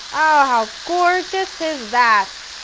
how gorgeous is that!